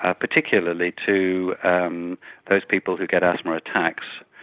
ah particularly to um those people who get asthma attacks,